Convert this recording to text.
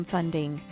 Funding